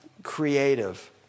creative